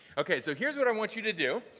okay so here's what i want you to do.